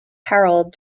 harold